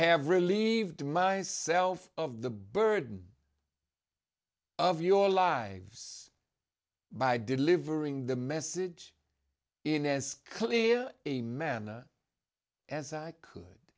have relieved myself of the burden of your lives by delivering the message in as clear a manner as i could